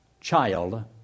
child